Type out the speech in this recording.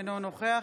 אינו נוכח